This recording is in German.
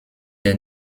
der